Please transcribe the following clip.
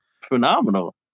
phenomenal